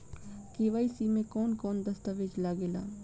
KYC में कवन कवन दस्तावेज लागे ला?